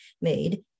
made